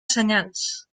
senyals